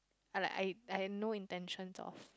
I like I I had no intentions of